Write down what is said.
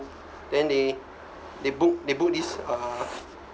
then they they book they book this uh